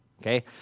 Okay